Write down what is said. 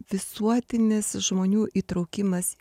visuotinis žmonių įtraukimas